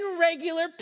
regular